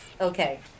Okay